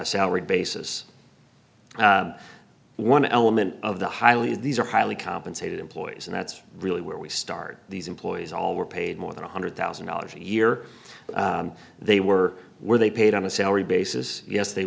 a salary basis one element of the highly these are highly compensated employees and that's really where we start these employees all were paid more than one hundred thousand dollars a year they were where they paid on a salary basis yes they